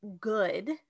good